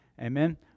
Amen